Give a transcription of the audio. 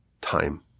time